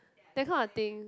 that kind of thing